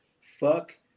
Fuck